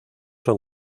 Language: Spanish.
son